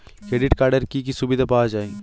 Credit কার্ডের কি কি সুবিধা পাওয়া যায়?